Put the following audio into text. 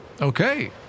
Okay